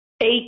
Eight